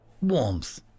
Warmth